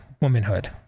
womanhood